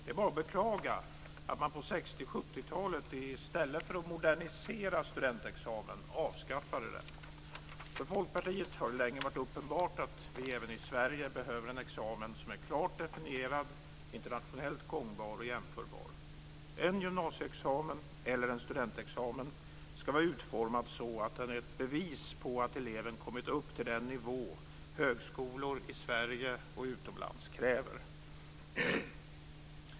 Det är bara att beklaga att man på 60 och 70-talen i stället för att modernisera studentexamen avskaffade den. För Folkpartiet har det länge varit uppenbart att vi även i Sverige behöver en examen som är klart definierad och internationellt gångbar och jämförbar. En gymnasieexamen eller en studentexamen ska vara utformad så att den är ett bevis på att eleven kommit upp till den nivå som högskolor i Sverige och utomlands kräver.